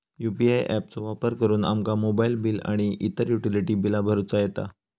UPI app चो वापर करुन आमका मोबाईल बिल आणि इतर युटिलिटी बिला भरुचा येता